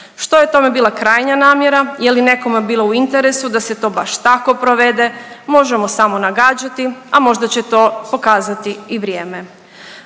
Što je tome bila krajnja namjera, je li nekome bilo u interesu da se to baš tako provede, možemo samo nagađati, a možda će to pokazati i vrijeme.